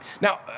Now